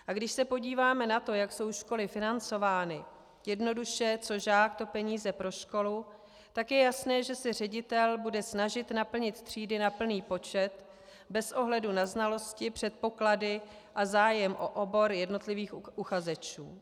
A když se podíváme na to, jak jsou školy financovány jednoduše co žák, to peníze pro školu , tak je jasné, že se ředitel bude snažit naplnit třídy na plný počet bez ohledu na znalosti, předpoklady a zájem o obor jednotlivých uchazečů.